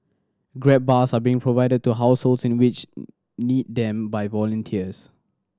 grab bars are being provided to households in which need them by volunteers